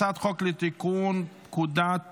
הצעת חוק לתיקון פקודת